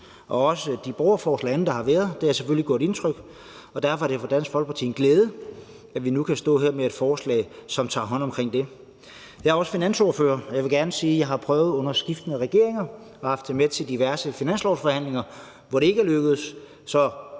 også de borgerforslag og andet, der har været, selvfølgelig har gjort indtryk. Og derfor er det for Dansk Folkeparti en glæde, at vi nu kan stå her med et forslag, som tager hånd om det. Jeg er også finansordfører, og jeg vil gerne sige, at jeg har prøvet under skiftende regeringer, og jeg har haft det med til diverse finanslovsforhandlinger, hvor det ikke er lykkedes.